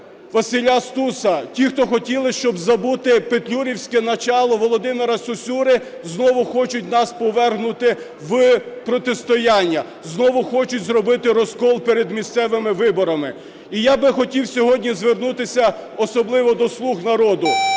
Василя Стуса, ті, хто хотіли, щоб забути петлюрівське начало Володимира Сосюри, знову хочуть нас повергнути в протистояння, знову хочуть зробити розкол перед місцевими виборами. І я би хотів сьогодні звернутися особливо до "Слуг народу",